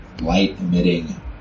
light-emitting